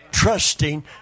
Trusting